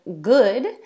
good